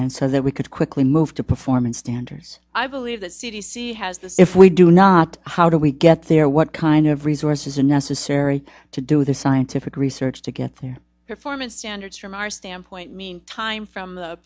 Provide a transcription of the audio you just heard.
and so that we could quickly move to performance standards i believe that c d c has that if we do not how do we get there what kind of resources necessary to do the scientific research to get their performance standards from our standpoint meantime from